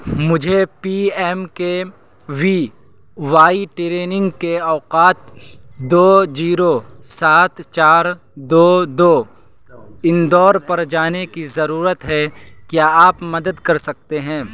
مجھے P M K V Y training کے اوقات دو جیرو سات چار دو دو اندور پر جانے کی ضرورت ہے کیا آپ مدد کر سکتے ہیں